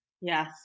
Yes